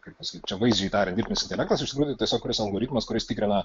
kaip pasakyt čia vaizdžiai tariant dirbtinis intelektas iš tikrųjų tiesiog kuris algoritmas kuris tikrina